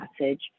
message